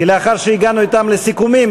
כי לאחר שהגענו אתם לסיכומים,